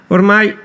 Ormai